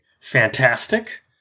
Fantastic